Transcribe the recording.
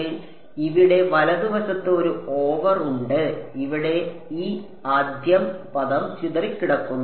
അതിനാൽ ഇവിടെ വലതുവശത്ത് ഒരു ഓവർ ഉണ്ട് ഇവിടെ ഈ ആദ്യ പദം ചിതറിക്കിടക്കുന്നു